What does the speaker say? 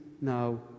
now